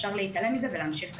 אפשר להתעלם מזה ולהמשיך כרגיל.